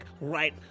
right